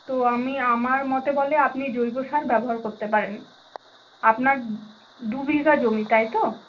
তো আমি আমার মতে বলে আপনি জৈব সার ব্যবহার করতে পারেন আপনার দু বিঘা জমি তাইতো